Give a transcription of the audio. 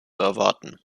erwarten